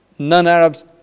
Non-Arabs